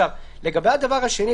לגבי הדבר השני,